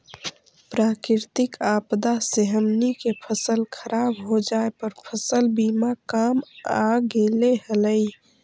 प्राकृतिक आपदा से हमनी के फसल खराब हो जाए पर फसल बीमा काम आ गेले हलई